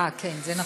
אה, כן, זה נכון.